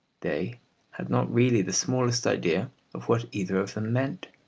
they had not really the smallest idea of what either of them meant.